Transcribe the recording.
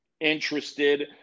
interested